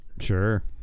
Sure